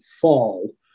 fall